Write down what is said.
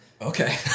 Okay